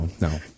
no